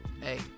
Hey